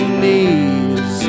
knees